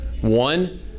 One